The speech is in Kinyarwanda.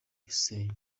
hussein